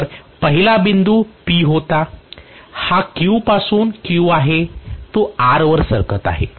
तर पहिला बिंदू P होता हा Q पासून Q आहे तो R वर सरकत आहे